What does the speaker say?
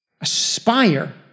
Aspire